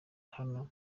hano